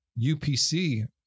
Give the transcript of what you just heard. UPC